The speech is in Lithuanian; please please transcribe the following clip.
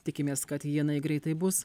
tikimės kad jinai greitai bus